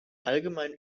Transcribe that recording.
allgemein